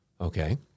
Okay